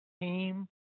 team